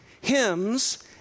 hymns